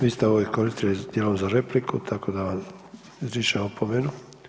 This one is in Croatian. Vi ste ovo iskoristili dijelom za repliku tako da vam izričem opomenu.